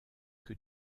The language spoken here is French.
que